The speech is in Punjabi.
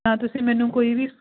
ਤਾਂ ਤੁਸੀਂ ਮੈਨੂੰ ਕੋਈ ਵੀ